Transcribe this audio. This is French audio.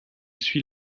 suit